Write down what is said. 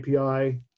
API